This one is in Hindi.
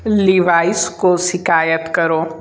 लिवाइस को शिकायत करो